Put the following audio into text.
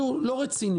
תקשיבו, זה לא רציני.